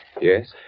Yes